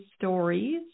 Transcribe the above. stories